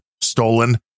stolen